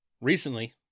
Recently